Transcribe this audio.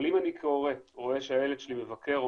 אבל אם אני כהורה רואה שהילד שלי מבקר או